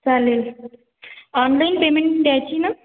चालेल online payment द्यायची ना